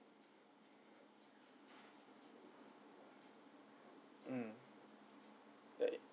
mm that is